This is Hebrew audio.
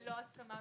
ללא הסכמה.